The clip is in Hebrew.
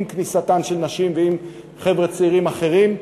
ועם כניסתן של נשים ועם חבר'ה צעירים אחרים,